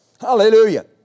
Hallelujah